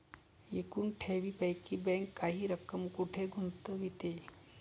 एकूण ठेवींपैकी बँक काही रक्कम कुठे गुंतविते?